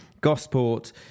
Gosport